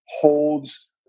holds